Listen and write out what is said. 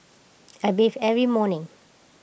I bathe every morning